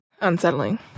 Unsettling